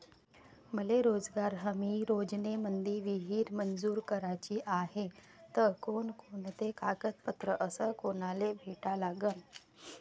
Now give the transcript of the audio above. मले रोजगार हमी योजनेमंदी विहीर मंजूर कराची हाये त कोनकोनते कागदपत्र अस कोनाले भेटा लागन?